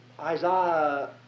Isaiah